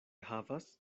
havas